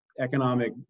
economic